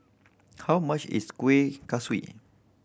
how much is Kuih Kaswi